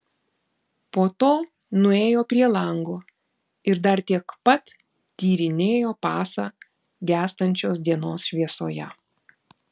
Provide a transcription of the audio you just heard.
po to nuėjo prie lango ir dar tiek pat tyrinėjo pasą gęstančios dienos šviesoje